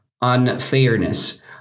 unfairness